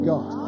God